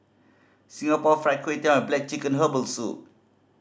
Singapore Fried Kway Tiao and black chicken herbal soup